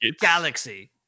galaxy